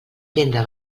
tenda